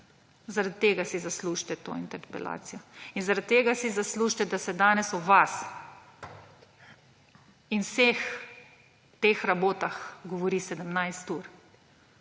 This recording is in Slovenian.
lastnih, si zaslužite to interpelacijo. In zaradi tega si zaslužite, da se danes o vas in vseh teh rabotah govori 17 ur.